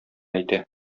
әйтә